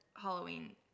Halloween